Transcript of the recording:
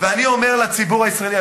ואני אומר לציבור הישראלי,